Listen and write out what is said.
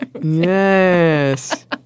Yes